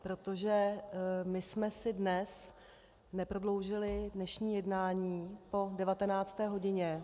Protože my jsme si dnes neprodloužili dnešní jednání po 19. hodině.